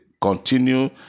continue